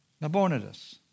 Nabonidus